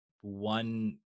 one